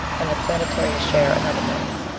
and the planetara's share another million.